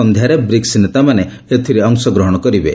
ସନ୍ଧ୍ୟାରେ ବ୍ରିକ୍ସ ନେତାମାନେ ଏଥିରେ ଅଂଶଗ୍ରହଣ କରିବେ